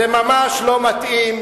זה ממש לא מתאים.